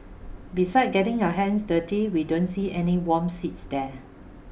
beside getting your hands dirty we don't see any warm seats there